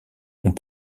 ont